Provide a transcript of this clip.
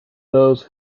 those